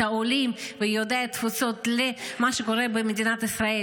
העולים ויהודי התפוצות למה שקורה במדינת ישראל,